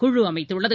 குழு அமைத்துள்ளது